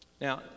Now